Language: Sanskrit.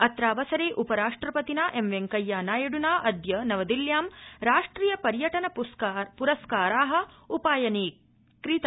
अत्रावसरे उपराष्ट्रपतिना एम् वेंकैया नायड्ना अद्य नवदिल्यां राष्ट्रिय पर्यटन प्रस्कारा उपायनीक़ता